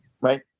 Right